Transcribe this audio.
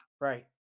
Right